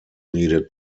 needed